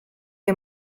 you